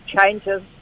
changes